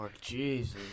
Jesus